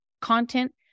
content